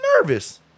nervous